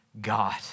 God